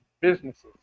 businesses